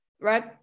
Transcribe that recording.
right